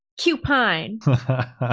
Cupine